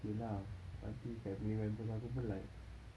iya lah nanti family members aku pun like